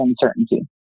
uncertainty